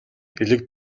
элэг